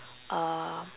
uh